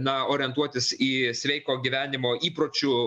na orientuotis į sveiko gyvenimo įpročių